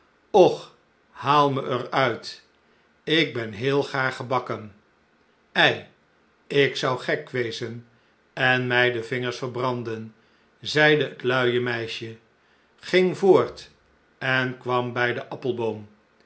och haal me er uit ik ben heel gaar gebakken ei ik zou gek wezen en mij de vingers verbranden zei het luije meisje ging voort en kwam bij den appelboom